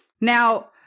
Now